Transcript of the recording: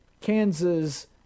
Kansas